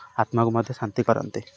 ଆତ୍ମାକୁ ମଧ୍ୟ ଶାନ୍ତି କରନ୍ତି